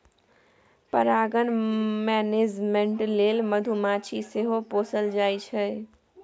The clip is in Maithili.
परागण मेनेजमेन्ट लेल मधुमाछी सेहो पोसल जाइ छै